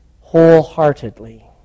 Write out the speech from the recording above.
wholeheartedly